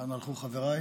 אנה הלכו חבריי?